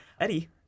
Eddie